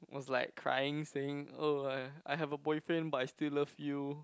was like crying saying oh I I have a boyfriend but I still love you